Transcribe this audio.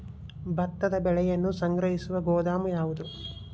ಭತ್ತದ ಬೆಳೆಯನ್ನು ಸಂಗ್ರಹಿಸುವ ಗೋದಾಮು ಯಾವದು?